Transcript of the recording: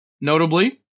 notably